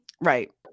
right